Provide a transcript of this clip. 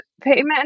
payment